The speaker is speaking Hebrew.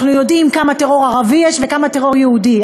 אנחנו יודעים כמה טרור ערבי יש וכמה טרור יהודי,